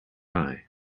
eye